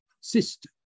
system